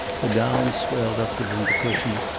the down swelled up within the cushion,